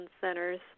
Centers